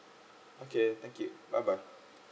okay thank you bye bye